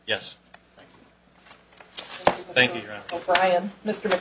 yes thank you for i am mister